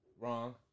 Wrong